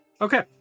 Okay